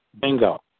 Bingo